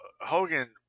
Hogan